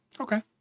Okay